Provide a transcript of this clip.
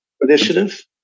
initiative